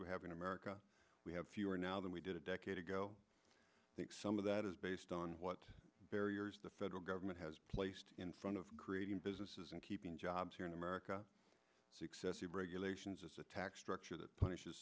we have in america we have fewer now than we did a decade ago i think some of that is based on what barriers the federal government has placed in front of creating businesses and keeping jobs here in america success you bring elations a tax structure that punishes